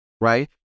Right